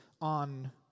on